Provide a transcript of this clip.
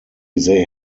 they